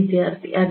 വിദ്യാർത്ഥി അതെ